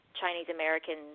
Chinese-American